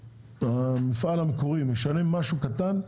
המפעל המקורי משנה משהו קטן,